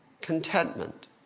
contentment